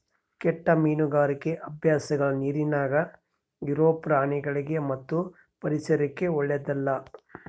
ಕೆಟ್ಟ ಮೀನುಗಾರಿಕಿ ಅಭ್ಯಾಸಗಳ ನೀರಿನ್ಯಾಗ ಇರೊ ಪ್ರಾಣಿಗಳಿಗಿ ಮತ್ತು ಪರಿಸರಕ್ಕ ಓಳ್ಳೆದಲ್ಲ